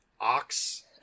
Ox